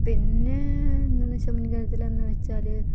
പിന്നെ എന്തെന്ന് വെച്ചാൽ മുൻകരുതൽ എന്ന് വെച്ചാൽ